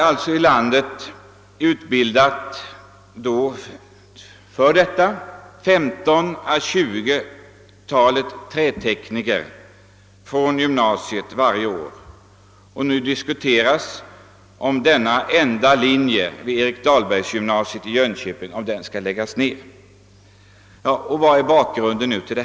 För denna verksamhet har vi i gymnasiet utbildat 15 å 20 trätekniker per år, och nu diskuteras om den enda utbildningslinjen — vid Erik Dahlbergsgymnasiet i Jönköping — skall läggas ned. Vilken är då bakgrunden?